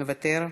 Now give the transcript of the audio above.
מוותר,